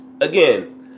again